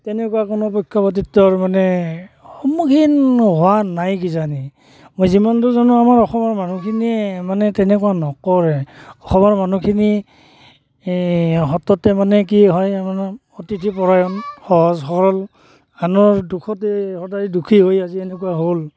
তেনেকুৱা কোনো পক্ষপাতিত্বৰ মানে সন্মুখীন হোৱা নাই কিজানি মই যিমান দূৰ জানোঁ আমাৰ অসমৰ মানুহখিনিয়ে মানে তেনেকুৱা নকৰে অসমৰ মানুহখিনি অতিথিপৰায়ন সহজ সৰল আনৰ দুখতে সদায় দুখী হৈ আজি এনেকুৱা হ'ল